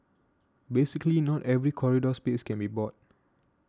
basically not every corridor space can be bought